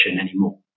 anymore